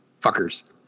Fuckers